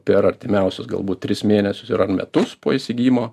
per artimiausius galbūt tris mėnesius ir ar metus po įsigijimo